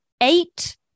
eight